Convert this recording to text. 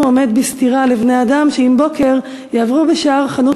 אין/ הוא עומד בסתירה לבני-אדם/ שעם בוקר יעברו בשער חנות